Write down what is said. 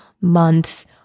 months